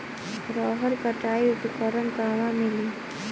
रहर कटाई उपकरण कहवा मिली?